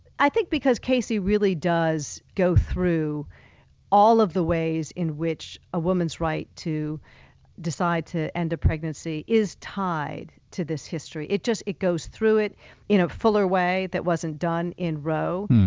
i think because casey really does go through all of the ways in which a woman's right to decide to end a pregnancy is tied to this history. it just, it goes through it in a fuller way that wasn't done in roe,